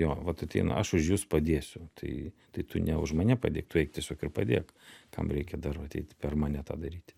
jo vat ateina aš už jus padėsiu tai tai tu ne už mane padėk tu eik tiesiog ir padėk kam reikia dar vat eiti per mane tą daryti